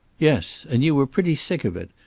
yes. and you were pretty sick of it.